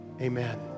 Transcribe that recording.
Amen